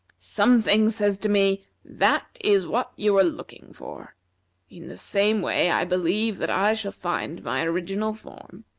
something says to me that is what you are looking for in the same way i believe that i shall find my original form.